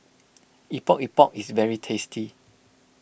Epok Epok is very tasty